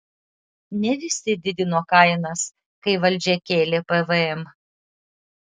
ne visi didino kainas kai valdžia kėlė pvm